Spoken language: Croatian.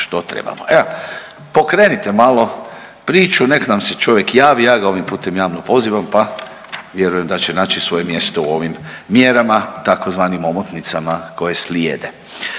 što trebamo. Evo pokrenite malo priču, nek nam se čovjek javi, ja ga ovim putem javno pozivam, pa vjerujem da će naći svoje mjesto u ovim mjerama tzv. omotnicama koje slijede.